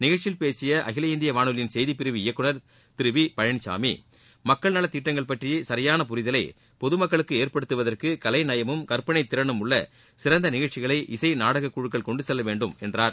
நிகழ்ச்சியில் பேசிய அகில இந்திய வானொலியின் செய்திப்பிரிவு இயக்குநர் திரு வி பழனிளமி மக்கள் நலத்திட்டங்கள் பற்றிய சரியான புரிதலை பொது மக்களுக்கு ஏற்படுத்துவதற்கு கலைநயமும் கற்பனைத் திறனும் உள்ள சிறந்த நிகழ்ச்சிகளை இசை நாடக குழுக்கள் கொண்டு செல்ல வேண்டும் என்றார்